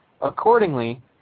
Accordingly